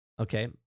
Okay